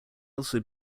also